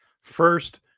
first